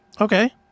Okay